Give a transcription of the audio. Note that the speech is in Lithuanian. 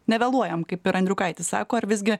nevėluojam kaip ir andriukaitis sako ar visgi